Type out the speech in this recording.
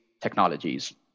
technologies